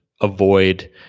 avoid